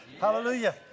Hallelujah